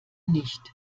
nicht